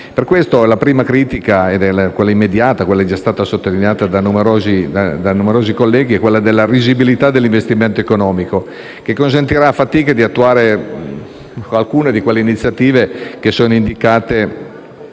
Per questo motivo, la prima critica immediata, già sottolineata da numerosi colleghi, è quella della risibilità dell'investimento economico che consentirà a fatica di attuare alcune di quelle iniziative che sono indicate